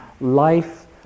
life